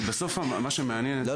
כי בסוף מה שמעניין --- לא,